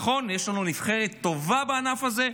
נכון, יש לנו נבחרת טובה בענף הזה.